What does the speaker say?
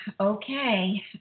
okay